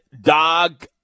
Dog